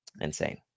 insane